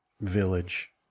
village